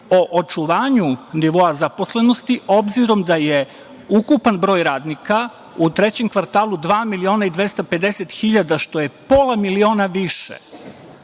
o očuvanju nivoa zaposlenosti, obzirom da je ukupan broj radnika u trećem kvartalu 2.250.000, što je pola miliona više,